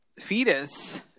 fetus